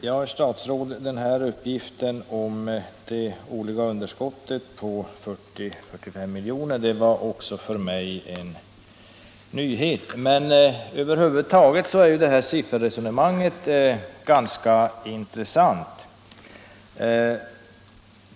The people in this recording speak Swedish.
Herr talman! Uppgiften om det årliga underskottet på 40-60 milj.kr. var också för mig en nyhet, herr statsråd. Över huvud taget är det här sifferresonemanget ganska intressant.